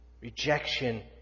rejection